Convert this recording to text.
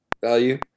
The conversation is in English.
value